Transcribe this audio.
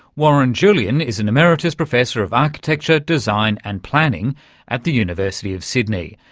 warren julian is an emeritus professor of architecture, design and planning at the university of sydney,